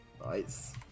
Nice